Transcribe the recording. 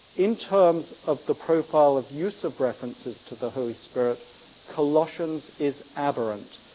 in terms of the profile of use of references to the holy spirit colossians is aberrant.